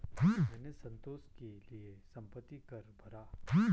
मैंने संतोष के लिए संपत्ति कर भरा